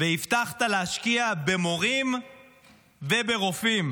והבטחת להשקיע במורים וברופאים.